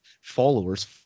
followers